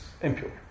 impure